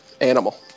animal